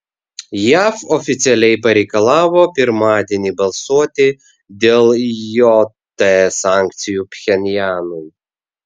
jav oficialiai pareikalavo pirmadienį balsuoti dėl jt sankcijų pchenjanui